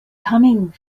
coming